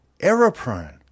error-prone